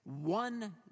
one